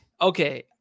Okay